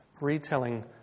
retelling